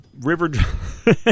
River